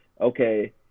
okay